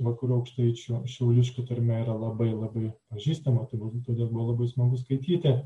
vakarų aukštaičių šiauliškių tarmė yra labai labai pažįstama turbūt todėl labai smagu skaityti